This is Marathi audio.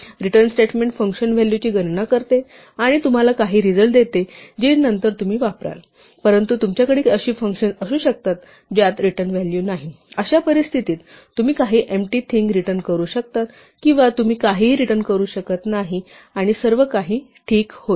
रिटर्न स्टेटमेंट फंक्शन व्हॅल्यूची गणना करते आणि तुम्हाला काही रिझल्ट देते जे तुम्ही नंतर वापराल परंतु तुमच्याकडे अशी फंक्शन्स असू शकतात ज्यात रिटर्न व्हॅल्यू नाही अशा परिस्थितीत तुम्ही काही एम्प्टी थिंग रिटर्न करू शकता किंवा तुम्ही काहीही रिटर्न करू शकत नाही आणि सर्व काही ठीक होईल